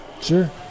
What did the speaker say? Sure